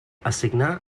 assignar